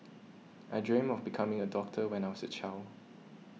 I dreamt of becoming a doctor when I was a child